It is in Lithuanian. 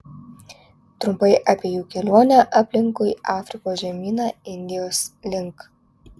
trumpai apie jų kelionę aplinkui afrikos žemyną indijos link